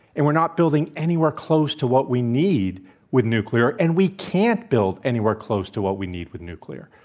and we're not building anywhere close to what we need with nuclear. and we can't build anywhere close to what we need with nuclear.